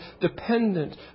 dependent